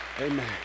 Amen